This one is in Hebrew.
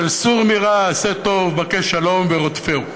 של "סור מרע ועשה טוב, בקש שלום ורדפהו"?